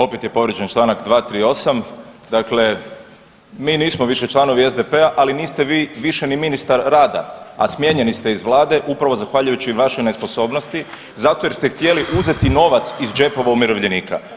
Opet je povrijeđen Članak 238., dakle mi nismo više članovi SDP-a, ali niste vi više ni ministar rada, a smijenjeni ste iz vlade upravo zahvaljujući vašoj nesposobnosti zato jer ste htjeli uzeti novac iz džepova umirovljenika.